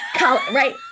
right